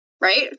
right